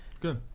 Good